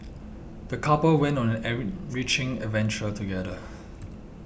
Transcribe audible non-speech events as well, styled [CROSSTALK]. the couple went on an [UNINTELLIGIBLE] reaching adventure together